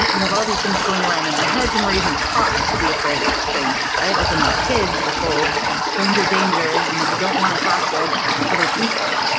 we have all these things going around in our heads and we're even taught to be afraid of strangers, right? like when we're kids, we're told you know stranger danger. you know you don't want to talk to other people.